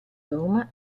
roma